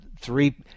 three